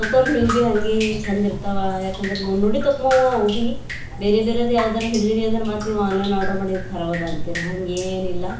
ತಗೋರ್ ನೀವು ಬಿ ಹಂಗೇ ಛಂದ ಇರ್ತವ ಯಾಕಂದ್ರ ನೋಡಿ ನೋಡಿ ತೊಕ್ಮೋವ ಅವು ಬಿ ಬೇರೆ ಬೇರೆದು ಯಾವುದಾರು ಹಿಡಿದಿರಿ ಅಂದ್ರ ಮತ್ತು ನೀವು ಆನ್ಲೈನ್ ಆರ್ಡ್ರ್ ಮಾಡಿಂದು ಖರಾಬದ ಅಂತಿರಾ ಹಂಗೇನಿಲ್ಲ